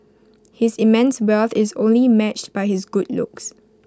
his immense wealth is only matched by his good looks